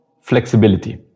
flexibility